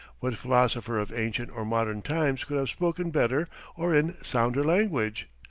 what philosopher of ancient or modern time could have spoken better or in sounder language!